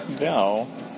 No